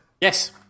Yes